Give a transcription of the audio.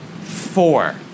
Four